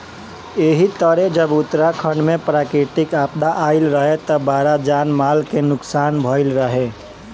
एही तरे जब उत्तराखंड में प्राकृतिक आपदा आईल रहे त बड़ा जान माल के नुकसान भईल रहे